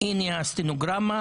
הנה הסטנוגרמה,